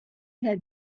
had